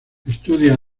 estudia